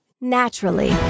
naturally